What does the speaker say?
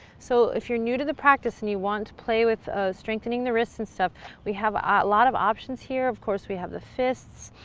so, if you're new to the practice and you want to play with strengthening the wrists and stuff we have a lot of options here. of course we have the fists,